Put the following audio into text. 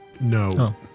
No